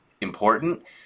important